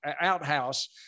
outhouse